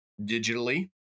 digitally